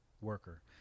worker